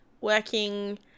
working